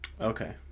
Okay